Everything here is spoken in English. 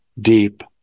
deep